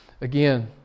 Again